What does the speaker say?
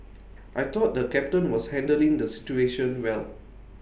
I thought the captain was handling the situation well